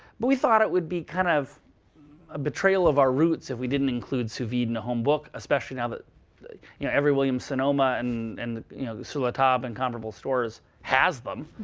but we thought it would be kind of a betrayal of our roots if we didn't include sous vide in a home book, especially now that you know every williams sonoma and and sur la table and comparable stores has them.